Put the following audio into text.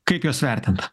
kaip juos vertint